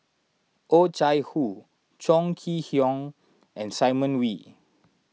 Oh Chai Hoo Chong Kee Hiong and Simon Wee